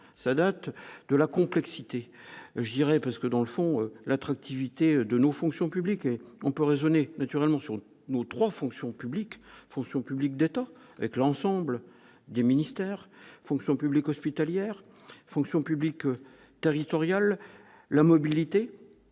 ça date de la complexité, je dirais, parce que dans le fond, l'attractivité de nos fonctions publiques et on peut raisonner naturellement sur l'aux 3 fonctions publiques, fonction publique d'État, avec l'ensemble des ministères, fonction publique hospitalière Fonction publique territoriale, la mobilité,